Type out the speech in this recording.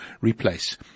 replace